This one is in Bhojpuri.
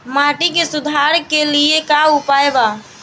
माटी के सुधार के लिए का उपाय बा?